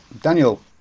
Daniel